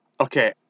Okay